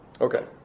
Okay